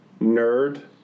nerd